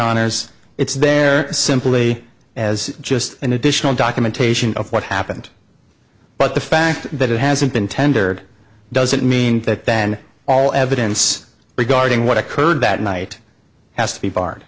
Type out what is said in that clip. honour's it's there simply as just an additional documentation of what happened but the fact that it hasn't been tendered doesn't mean that then all evidence regarding what occurred that night has to be barred